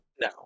No